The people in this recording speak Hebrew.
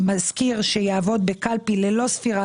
מזכיר שיעבוד בקלפי ללא ספירה,